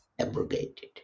abrogated